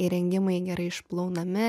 įrengimai gerai išplaunami